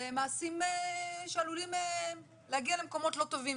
למעשים שעלולים להגיע למקומות לא טובים,